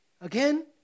again